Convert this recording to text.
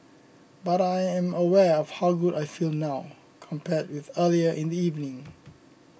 but I am aware of how good I feel now compared with earlier in the evening